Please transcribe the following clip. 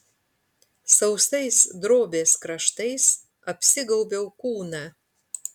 sausais drobės kraštais apsigaubiau kūną